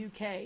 UK